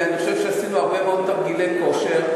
ואני חושב שעשינו הרבה מאוד תרגילי כושר,